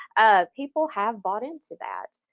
people have bought into that.